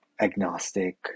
agnostic